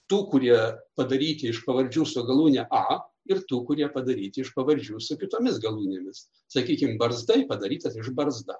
tų kurie padaryti iš pavardžių su galūne a ir tų kurie padaryti iš pavardžių su kitomis galūnėmis sakykim barzdai padarytas iš barzda